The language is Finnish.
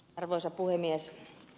arvoisa puhemies